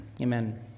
Amen